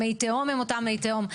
מי התהום הם אותם מי תהום.